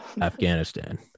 Afghanistan